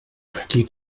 qui